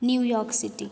New York City